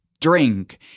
drink